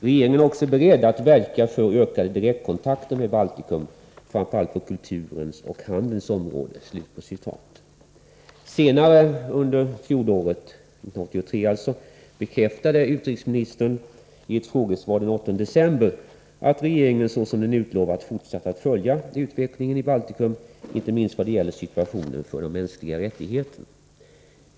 Regeringen är också beredd att verka för ökade direktkontakter med Baltikum, framför allt på kulturens och handelns område.” Senare under 1983, i ett frågesvar den 8 december, bekräftade utrikesministern att regeringen såsom den utlovat fortsatt att följa utvecklingen i Baltikum, inte minst vad gäller situationen för de mänskliga rättigheterna.